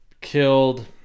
killed